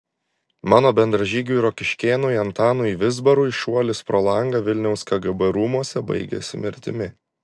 mano bendražygiui rokiškėnui antanui vizbarui šuolis pro langą vilniaus kgb rūmuose baigėsi mirtimi